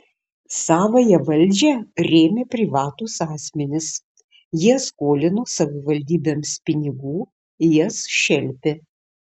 savąją valdžią rėmė privatūs asmenys jie skolino savivaldybėms pinigų jas šelpė